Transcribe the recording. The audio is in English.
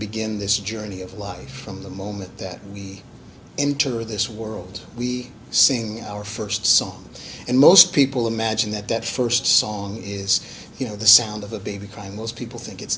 begin this journey of life from the moment that we enter this world we sing our first song and most people imagine that that first song is you know the sound of a baby crying most people think it's